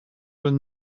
will